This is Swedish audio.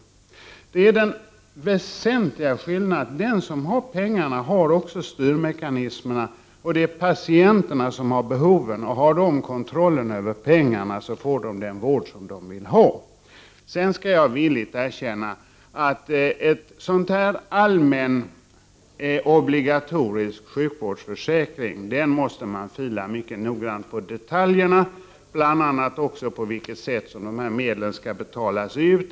Detta är den väsentliga skillnaden. Den som har pengarna har också styrmekanismerna. Det är patienterna som har behoven, och har de kontrollen över pengarna får patienterna den vård de vill ha. Sedan skall jag villigt erkänna att man måste fila mycket noggrant på detaljerna i en sådan allmän obligatorisk sjukvårdsförsäkring. Det gäller bl.a. det sätt på vilket dessa medel skall betalas ut.